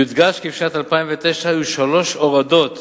יודגש כי בשנת 2009 היו שלוש הורדות